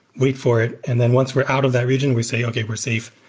wait for it. and then once we're out of that region, we say, okay, we're safe.